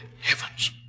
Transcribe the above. heavens